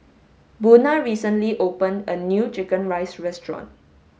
Buna recently opened a new chicken rice restaurant